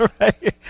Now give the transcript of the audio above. right